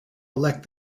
elect